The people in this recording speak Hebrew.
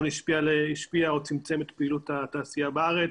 השפיע או צמצם את פעילות התעשייה בארץ,